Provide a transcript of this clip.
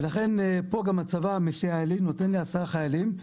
ולכן פה גם הצבא מסייע לי, נותן לי עשרה חיילים.